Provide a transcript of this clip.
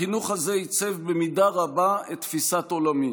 החינוך הזה עיצב במידה רבה את תפיסת עולמי